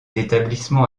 établissements